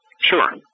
Sure